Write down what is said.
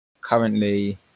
currently